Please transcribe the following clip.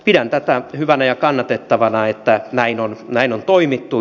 pidän tätä hyvänä ja kannatettavana että näin on toimittu